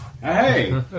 Hey